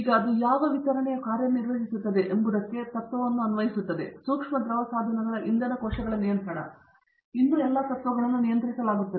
ಈಗ ಅದು ಯಾವ ವಿತರಣೆಯು ಕಾರ್ಯನಿರ್ವಹಿಸುತ್ತದೆ ಎಂಬುದಕ್ಕೆ ಅದೇ ತತ್ತ್ವವನ್ನು ಅನ್ವಯಿಸುತ್ತದೆ ಸೂಕ್ಷ್ಮ ದ್ರವ ಸಾಧನಗಳ ಇಂಧನ ಕೋಶಗಳ ನಿಯಂತ್ರಣ ಆದರೆ ಇನ್ನೂ ಎಲ್ಲಾ ತತ್ವಗಳನ್ನು ನಿಯಂತ್ರಿಸಲಾಗುತ್ತದೆ